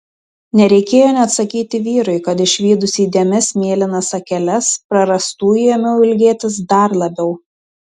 nereikėjo net sakyti vyrui kad išvydusi įdėmias mėlynas akeles prarastųjų ėmiau ilgėtis dar labiau